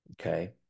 Okay